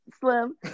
slim